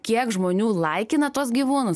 kiek žmonių laikina tuos gyvūnus